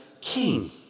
king